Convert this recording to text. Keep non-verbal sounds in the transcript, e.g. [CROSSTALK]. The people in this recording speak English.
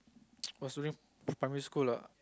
[NOISE] was [NOISE] during primary school lah